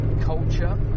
culture